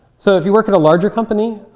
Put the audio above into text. so if you work at a larger company,